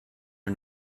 are